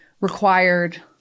required